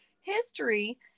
history